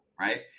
Right